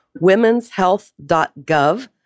womenshealth.gov